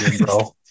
bro